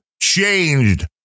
changed